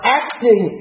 acting